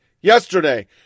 yesterday